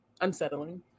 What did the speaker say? unsettling